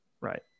right